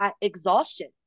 exhaustion